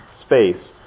space